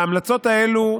ההמלצות האלה,